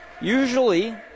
Usually